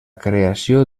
creació